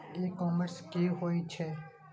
ई commerce की होय छेय?